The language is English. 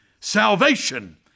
Salvation